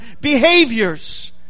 behaviors